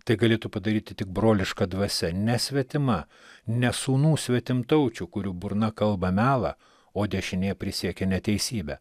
tai galėtų padaryti tik broliška dvasia ne svetima ne sūnų svetimtaučių kurių burna kalba melą o dešinė prisiekė neteisybę